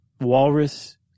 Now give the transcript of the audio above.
walrus